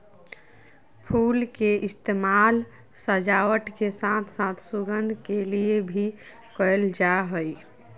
फुल के इस्तेमाल सजावट के साथ साथ सुगंध के लिए भी कयल जा हइ